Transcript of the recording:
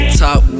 top